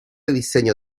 diseño